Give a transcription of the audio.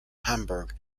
hamburg